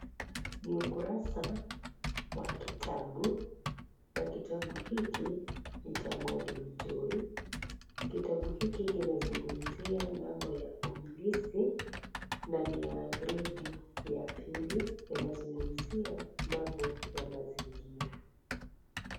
Ni ukurusa wa kitabu na kitabu hiki ni cha mwalimu Joy, kitabu hiki kinazungumzia mambo ya umilisi na ni ya gredi ya pili inazungumzia mambo ya mazingira.